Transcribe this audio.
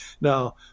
Now